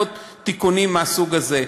ועוד תיקונים מהסוג הזה.